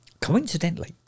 Coincidentally